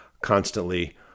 constantly